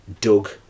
Doug